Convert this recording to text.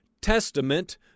Testament